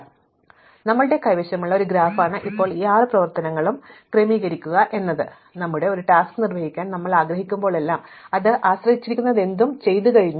അതിനാൽ ഇത് ഞങ്ങളുടെ കൈവശമുള്ള ഒരു ഗ്രാഫ് ആണ് ഇപ്പോൾ ഈ ആറ് പ്രവർത്തനങ്ങളും ക്രമീകരിക്കുക എന്നതാണ് ഞങ്ങളുടെ ലക്ഷ്യം ഒരു ടാസ്ക് നിർവഹിക്കാൻ ഞങ്ങൾ ആഗ്രഹിക്കുമ്പോഴെല്ലാം അത് ആശ്രയിച്ചിരിക്കുന്നതെന്തും ഇതിനകം ചെയ്തു കഴിഞ്ഞു